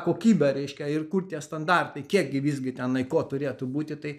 kokybę reiškia ir kur tie standartai kiek gi visgi tenai kuo turėtų būti tai